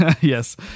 Yes